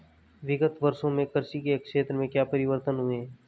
विगत वर्षों में कृषि के क्षेत्र में क्या परिवर्तन हुए हैं?